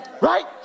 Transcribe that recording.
right